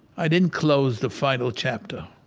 i didn't close the final chapter.